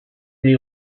they